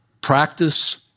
Practice